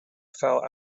fell